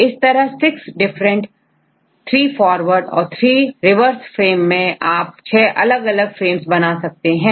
इस तरह6 different forward और3 रिवर्स फ्रेम से आप छह अलग अलग फ्रेम्स बना सकते हैं